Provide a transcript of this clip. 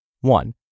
One